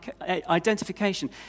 identification